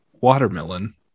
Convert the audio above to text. WATERMELON